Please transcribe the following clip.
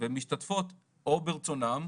ומשתתפות או ברצונן,